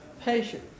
patient